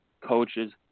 coaches